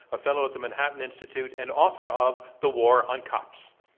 a fellow at the manhattan institute and author of the war on cops.